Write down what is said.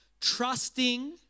trusting